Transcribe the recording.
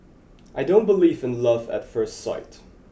I don't believe in love at first sight